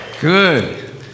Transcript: Good